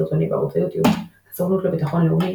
סרטונים בערוץ היוטיוב הסוכנות לביטחון לאומי,